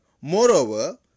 Moreover